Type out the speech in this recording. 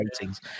ratings